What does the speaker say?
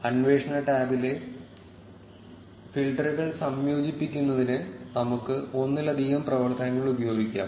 അന്വേഷണ ടാബിലെ ഫിൽട്ടറുകൾ സംയോജിപ്പിക്കുന്നതിന് നമുക്ക് ഒന്നിലധികം പ്രവർത്തനങ്ങൾ ഉപയോഗിക്കാം